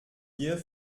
gier